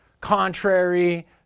Contrary